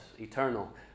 eternal